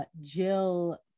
Jill